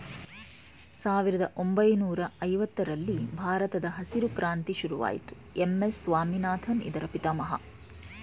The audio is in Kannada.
ಸಾವಿರದ ಒಂಬೈನೂರ ಐವತ್ತರರಲ್ಲಿ ಭಾರತದಲ್ಲಿ ಹಸಿರು ಕ್ರಾಂತಿ ಶುರುವಾಯಿತು ಎಂ.ಎಸ್ ಸ್ವಾಮಿನಾಥನ್ ಇದರ ಪಿತಾಮಹ